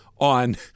on